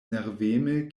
nerveme